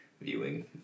viewing